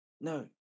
no